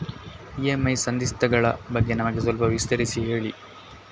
EMI ಸಂಧಿಸ್ತ ಗಳ ಬಗ್ಗೆ ನಮಗೆ ಸ್ವಲ್ಪ ವಿಸ್ತರಿಸಿ ಹೇಳಿ